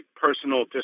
personal